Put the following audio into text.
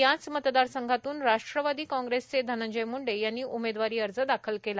याच मतदारसंघातून राष्ट्रवादी कांग्रेसचे धनंजय मुंडे यांनी उमेदवारी अर्ज दाखील केला